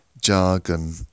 jargon